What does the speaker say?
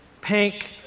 pink